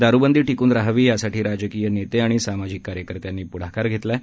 दारूबंदी टिकून राहावी यासाठी राजकीय नेते आणि सामाजिक कार्यकर्त्यांनी पुढाकार घेतला आहे